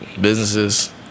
businesses